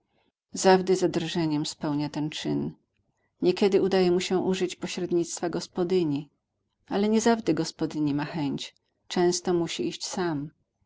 ze drżeniem spełnia ten czyn niekiedy udaje mu się użyć pośrednictwa gospodyni ale nie zawdy gospodyni ma chęć często musi iść sam